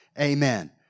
Amen